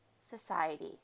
society